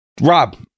Rob